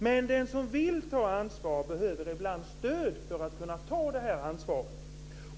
Men den som vill ta ansvar behöver ibland stöd för att kunna ta det här ansvaret.